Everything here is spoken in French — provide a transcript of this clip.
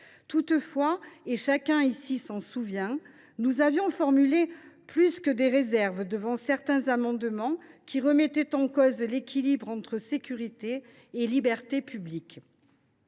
Toutefois, et chacun ici s’en souvient, nous avons formulé plus que des réserves devant certains amendements dont l’adoption aurait remis en cause l’équilibre entre sécurité et libertés publiques.